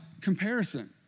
Comparison